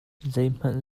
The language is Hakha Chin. zeihmanh